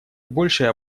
большей